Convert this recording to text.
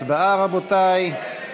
הצבעה, רבותי.